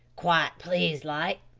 quite pleased like.